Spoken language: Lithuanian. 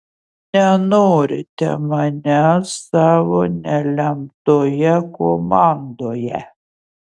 nenorite manęs savo nelemtoje komandoje